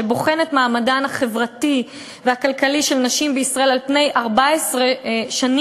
שבוחן את מעמדן החברתי והכלכלי של נשים בישראל על פני 14 שנים,